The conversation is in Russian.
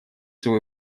свою